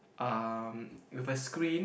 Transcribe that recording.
um with a screen